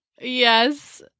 Yes